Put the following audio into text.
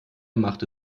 machte